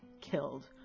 killed